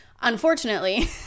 unfortunately